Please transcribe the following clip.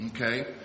Okay